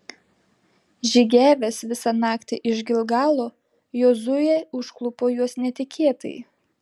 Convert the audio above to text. žygiavęs visą naktį iš gilgalo jozuė užklupo juos netikėtai